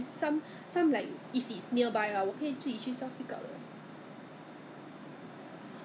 那你可以不可以说 okay can you hold on hold there for another one two months until we have flight better rate